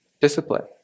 Discipline